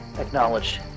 Acknowledge